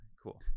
Cool